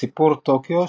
וסיפור טוקיו,